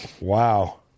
Wow